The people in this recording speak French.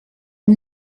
une